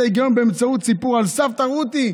את ההיגיון באמצעות סיפור על סבתא רותי,